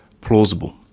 plausible